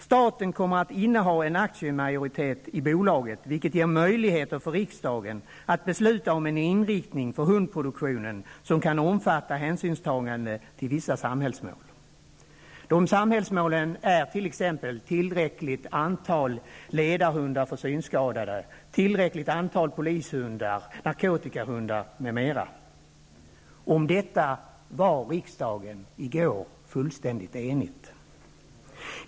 Staten kommer att inneha en aktiemajoritet i bolaget, vilket ger riksdagen möjligheter att besluta om en inriktning av hundproduktionen som kan omfatta hänsynstagande till vissa samhällsmål, t.ex. tillräckligt antal ledarhundar för synskadade, tillräckligt antal polishundar, narkotikahundar, m.m. Om detta var ledamöterna i riksdagen i går fullständigt eniga.